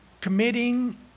committing